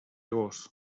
gos